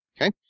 okay